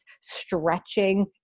stretching